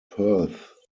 perth